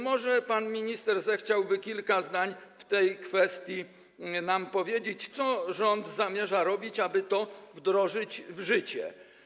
Może pan minister zechciałby kilka zdań w tej kwestii nam powiedzieć - co rząd zamierza robić, aby to wdrożyć, wprowadzić w życie.